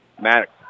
Maddox